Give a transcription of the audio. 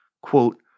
Quote